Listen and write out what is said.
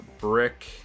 Brick